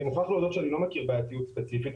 אני מוכרח להודות שאני לא מכיר בעייתיות ספציפית.